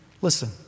Listen